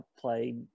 played